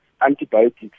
antibiotics